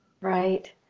Right